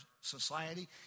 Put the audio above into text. society